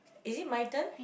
is it my turn